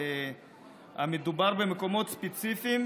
מדובר במקומות ספציפיים